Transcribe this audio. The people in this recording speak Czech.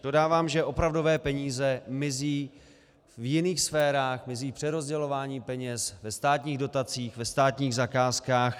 Dodávám, že opravdové peníze mizí v jiných sférách, mizí v přerozdělování peněz, ve státních dotacích, ve státních zakázkách.